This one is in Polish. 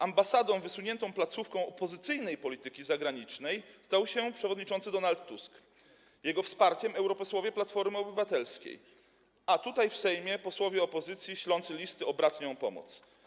Ambasada, placówka opozycyjnej polityki zagranicznej jest teraz tam, gdzie przewodniczący Donald Tusk, jego wsparciem są europosłowie Platformy Obywatelskiej, a tutaj, w Sejmie - posłowie opozycji, ślący listy o bratnią pomoc.